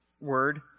word